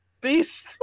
beast